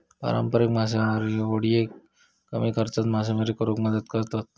पारंपारिक मासेमारी होडिये कमी खर्चात मासेमारी करुक मदत करतत